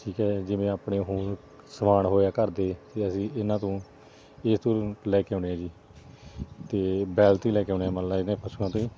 ਠੀਕ ਹੈ ਜਿਵੇਂ ਆਪਣੇ ਹੁਣ ਸਮਾਨ ਹੋ ਗਿਆ ਘਰ ਦੇ ਅਤੇ ਅਸੀਂ ਇਹਨਾਂ ਤੋਂ ਇਸ ਤੋਂ ਲੈ ਕੇ ਆਉਂਦੇ ਹਾਂ ਜੀ ਅਤੇ ਬੈਲ 'ਤੇ ਹੀ ਲੈ ਕੇ ਆਉਂਦੇ ਹਾਂ ਮਤਲਬ ਇਹਨਾਂ ਪਸ਼ੂਆਂ ਤੋਂ ਹੀ